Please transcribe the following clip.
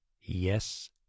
yes